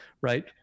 Right